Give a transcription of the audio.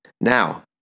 Now